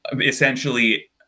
essentially